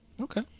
Okay